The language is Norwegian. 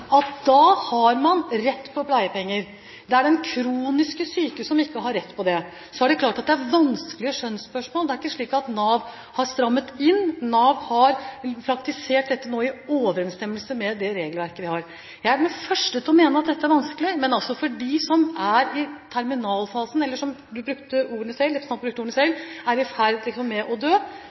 at man har rett på pleiepenger. Det er den kronisk syke som ikke har rett på det. Så er det klart at det er vanskelige skjønnsspørsmål. Det er ikke slik at Nav har strammet inn. Nav har praktisert dette i overensstemmelse med det regelverket vi har. Jeg er den første til å mene at dette er vanskelig. Men for dem som er i terminalfasen, eller som – representanten brukte ordene selv – er i ferd med å dø,